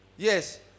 Yes